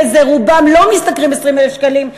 ורובם לא משתכרים 20,000 שקלים,